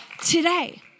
today